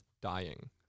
Dying